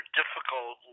difficult